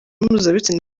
mpuzabitsina